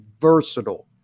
versatile